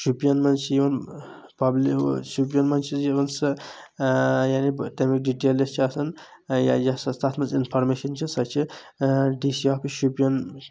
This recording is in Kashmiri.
شُپیَن منٛز چھ یِوان پبلہِ شُپین منٛز چھس یِوان سۄ یعنی تٔمِچ ڈِٹیل یۄس چھ آسان یا یۄس یۄس تَتھ منٛز اِنفارمیشن چھ سۄ چھ ڈی سی آفِس شُپین